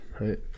right